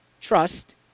Trust